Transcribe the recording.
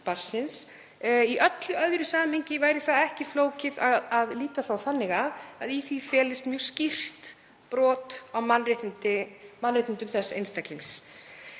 Í öllu öðru samhengi væri ekki flókið að líta þannig á að í því felist mjög skýrt brot á mannréttindum þess einstaklings